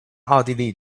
奥地利